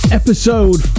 episode